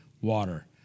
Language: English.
water